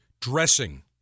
dressing